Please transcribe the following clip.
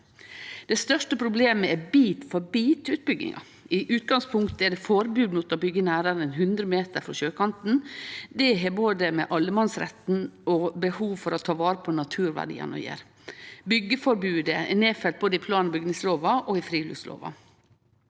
Det største problemet er bit-for-bitutbygginga. I utgangspunktet er det forbod mot å byggje nærare enn 100 meter frå sjøkanten. Det har både med allemannsretten og behov for å ta vare på naturverdiane å gjere. Byggjeforbodet er nedfelt både i plan- og bygningslova og i friluftslova.